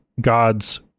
gods